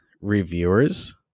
reviewers